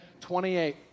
28